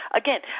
again